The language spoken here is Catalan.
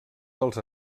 dels